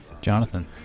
Jonathan